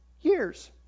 Years